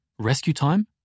RescueTime